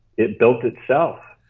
it built itself.